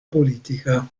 politica